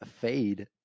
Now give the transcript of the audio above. Fade